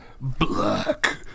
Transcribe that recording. black